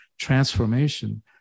transformation